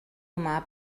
humà